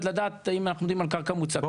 לדעת אם אנחנו עומדים על קרקע מוצקה,